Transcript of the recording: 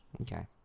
okay